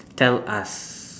tell us